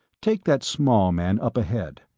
take that small man up ahead.